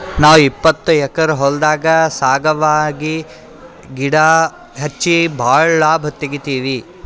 ನಾವ್ ಇಪ್ಪತ್ತು ಎಕ್ಕರ್ ಹೊಲ್ದಾಗ್ ಸಾಗವಾನಿ ಗಿಡಾ ಹಚ್ಚಿ ಭಾಳ್ ಲಾಭ ತೆಗಿತೀವಿ